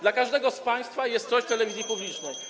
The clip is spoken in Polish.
Dla każdego z państwa jest coś w telewizji publicznej.